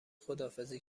خداحافظی